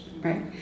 right